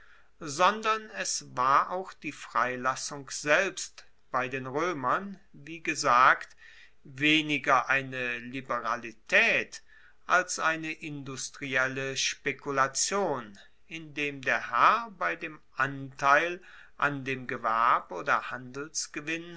sondern es war auch die freilassung selbst bei den roemern wie gesagt weniger eine liberalitaet als eine industrielle spekulation indem der herr bei dem anteil an dem gewerb oder